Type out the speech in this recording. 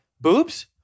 boobs